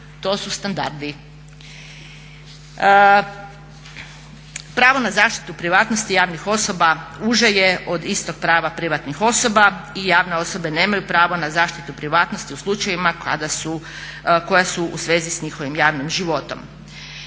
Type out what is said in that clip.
To su standardi. Pravo na zaštitu privatnosti javnih osoba, uže je od istog prava privatnih osoba i javne osobe nemaju pravo na zaštitu privatnosti u slučajevima koja su u svezi s njihovim javnim životom.